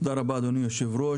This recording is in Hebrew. תודה רבה אדוני היושב-ראש,